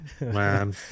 man